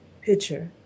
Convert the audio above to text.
picture